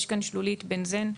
יש כאן שלולית בנזן.